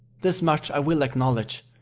this much i will acknowledge,